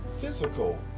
physical